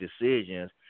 decisions